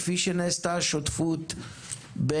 כפי שנעשתה השותפות עם